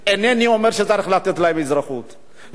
אינני אומר שצריך לתת להם אזרחות ואינני אומר שלא צריך למצוא פתרון.